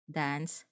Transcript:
dance